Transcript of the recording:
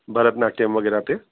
भरतनाट्यम वगै़रह ते